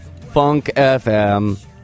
FunkFM